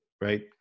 right